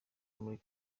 muri